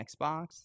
Xbox